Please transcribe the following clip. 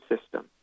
system